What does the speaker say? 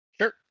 Sure